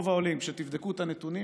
תבדקו את הנתונים,